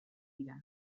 dira